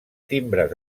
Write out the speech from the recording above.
timbres